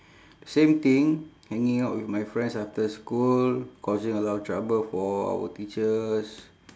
same thing hanging out with my friends after school causing a lot of trouble for our teachers